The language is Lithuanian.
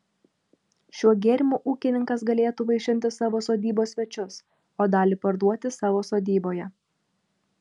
šiuo gėrimu ūkininkas galėtų vaišinti savo sodybos svečius o dalį parduoti savo sodyboje